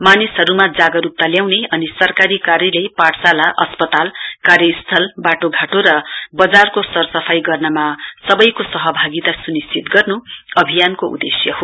मानिसहरूमा जागरूकता ल्याउने अनि सराकरी कार्यालय पाठशाला अस्पताल कार्यस्थल बाटो घाटो र बजारको सरसफाई गर्नेमा सबैको सहभागिता सुनिश्चित गर्नु अभियानको उद्देश्य हो